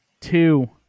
two